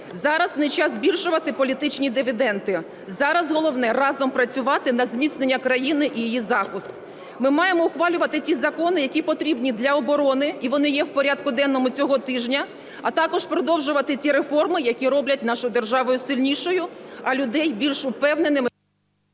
Зараз не час збільшувати політичні дивіденди, зараз головне – разом працювати на зміцнення країни і її захист. Ми маємо ухвалювати ті закони, які потрібні для оборони, і вони є в порядку денному цього тижня, а також продовжувати ті реформи, які роблять нашу державу сильнішою, а людей більш впевненими…